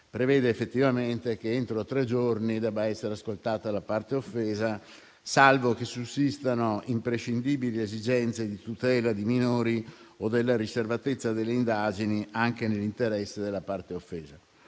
prevede effettivamente che entro tre giorni debba essere ascoltata la parte offesa, salvo che sussistano imprescindibili esigenze di tutela di minori o della riservatezza delle indagini, anche nell'interesse della parte offesa.